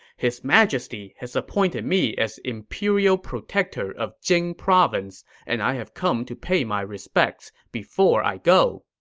his majesty has appointed me as imperial protector of jing province, and i have come to pay my respects before i go.